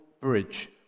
bridge